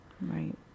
Right